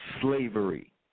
slavery